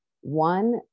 one